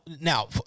now